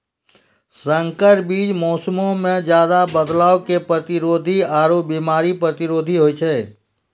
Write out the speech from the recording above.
संकर बीज मौसमो मे ज्यादे बदलाव के प्रतिरोधी आरु बिमारी प्रतिरोधी होय छै